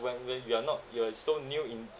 when when you are not you are so new in